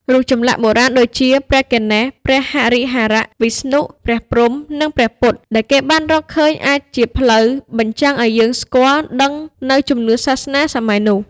រូបចម្លាក់បុរាណដូចជា ព្រះគណេស ព្រះហរិហរៈ ព្រះវិស្ណុ ព្រះព្រហ្ម និងព្រះពុទ្ធរូបដែលគេបានរកឃើញ អាចជាផ្លូវ បញ្ចាំងឱ្យយើងស្គាល់ ដឹងនូវជំនឿសាសនានាសម័យនោះ ។